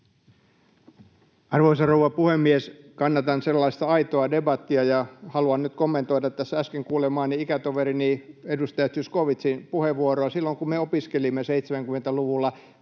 Arvoisa rouva puhemies! Kannatan sellaista aitoa debattia, ja haluan nyt kommentoida tässä äsken kuulemaani ikätoverini, edustaja Zyskowiczin, puheenvuoroa. Silloin kun me opiskelimme 70-luvulla,